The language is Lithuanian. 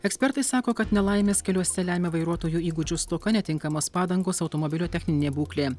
ekspertai sako kad nelaimes keliuose lemia vairuotojų įgūdžių stoka netinkamos padangos automobilio techninė būklė